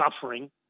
suffering